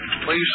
Please